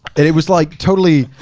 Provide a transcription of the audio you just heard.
and it was like, totally,